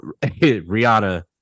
Rihanna